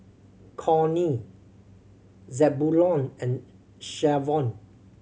Connie Zebulon and Shavon